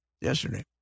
yesterday